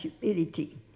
humility